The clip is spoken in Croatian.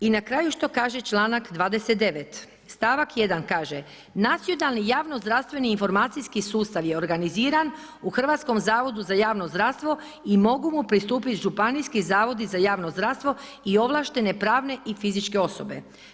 I na kraju što kaže čl. 29. stavak 1 kaže, nacionalni javno zdravstveni informacijski sustav je organiziran u Hrvatskom zavodu za javno zdravstvo i mogu mu pristupiti županijski zavodi za javno zdravstvo i ovlaštene pravne i fizičke osobe.